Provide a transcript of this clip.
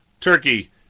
Turkey